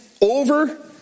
over